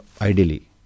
Ideally